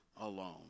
alone